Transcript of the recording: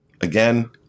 again